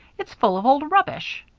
it's full of old rubbish.